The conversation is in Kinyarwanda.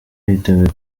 yiteguye